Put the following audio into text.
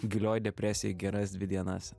gilioj depresijoj geras dvi dienas